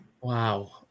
Wow